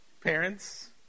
Parents